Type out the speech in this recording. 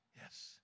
Yes